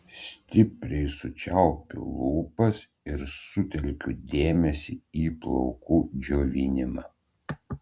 stipriai sučiaupiu lūpas ir sutelkiu dėmesį į plaukų džiovinimą